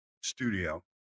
studio